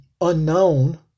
unknown